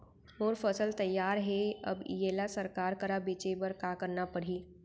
मोर फसल तैयार हे अब येला सरकार करा बेचे बर का करना पड़ही?